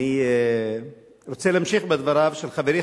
אני רוצה להמשיך בדבריו של חברי,